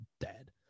dead